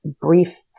brief